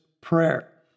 prayer